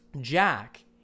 Jack